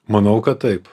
manau kad taip